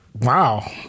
Wow